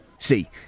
See